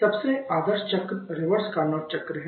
सबसे आदर्श चक्र रिवर्स कार्नोट चक्र है